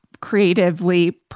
creatively